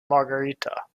margarita